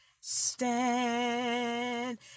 stand